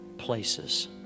places